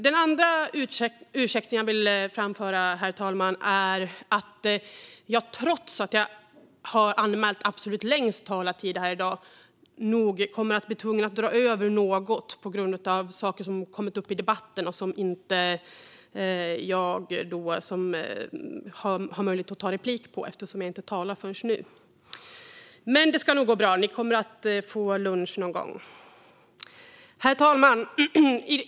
Den andra ursäkt jag vill framföra, herr talman, är att jag trots att jag har anmält absolut längst talartid här i dag nog kommer att bli tvungen att dra över något på grund av saker som har kommit upp i debatten. Jag har ju inte haft möjlighet att begära replik eftersom jag inte talar förrän nu. Men det ska nog gå bra. Ni kommer att få lunch någon gång. Herr talman!